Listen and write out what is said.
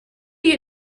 you